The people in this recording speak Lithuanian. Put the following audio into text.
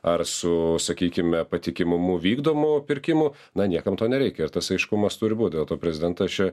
ar su sakykime patikimumu vykdomų pirkimų na niekam to nereikia ir tas aiškumas turi būt dėl to prezidentas čia